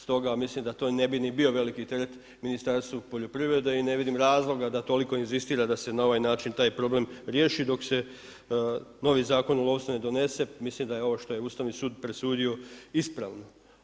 Stoga mislim da to ne bi ni bio veliki teret Ministarstvu poljoprivrede i ne vidim razloga da toliko inzistira da se na ovaj način taj problem riješi dok se novi Zakon o lovstvu ne donese, mislim da je ovo što je Ustavni sud presudio ispravno.